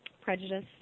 prejudice